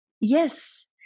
Yes